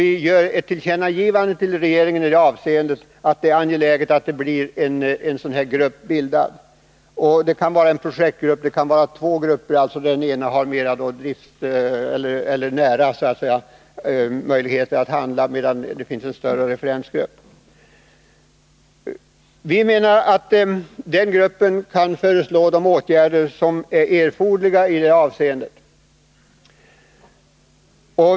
Vi ger regeringen till känna att vi anser att det är angeläget att en sådan grupp bildas. Det kan vara en projektgrupp, det kan också vara två grupper där den ena har större möjligheter att handla medan den andra är en övergripande referensgrupp. Vi menar att gruppen skall kunna föreslå de åtgärder som är erforderliga i sammanhanget.